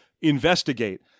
investigate